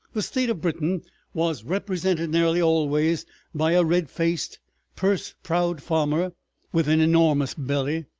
the state of britain was represented nearly always by a red-faced, purse-proud farmer with an enormous belly,